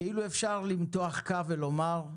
"כאילו אפשר למתוח קו ולומר,